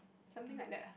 something like that ah